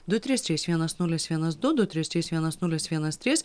du trys trys vienas nulis vienas du du trys trys vienas nulis vienas trys